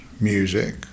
music